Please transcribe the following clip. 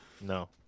No